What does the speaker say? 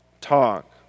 talk